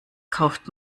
kauft